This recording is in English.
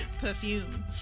perfume